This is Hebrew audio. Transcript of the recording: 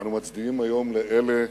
אנו מצדיעים היום לאלה